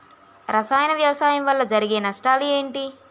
రసాయన వ్యవసాయం వల్ల జరిగే నష్టాలు ఏంటి?